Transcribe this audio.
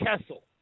Kessel